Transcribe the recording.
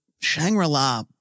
Shangri-La